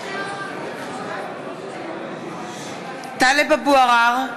(קוראת בשמות חברי הכנסת) טלב אבו עראר,